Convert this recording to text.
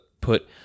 put